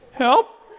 help